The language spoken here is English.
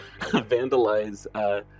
vandalize